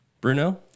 Bruno